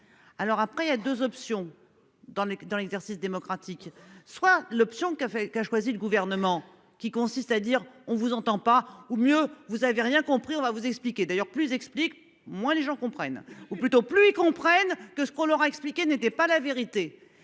Alors après il y a 2 options dans les dans l'exercice démocratique soit l'option qui a fait qu'a choisie le gouvernement qui consiste à dire on vous entend pas ou mieux vous avez rien compris, on va vous expliquer d'ailleurs plus explique-moi les gens comprennent ou plutôt plus ils comprennent que ce qu'on leur a expliqué, n'était pas la vérité.